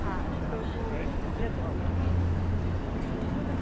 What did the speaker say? હાં તો ટુ લે તો આવજે એ હાં